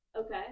Okay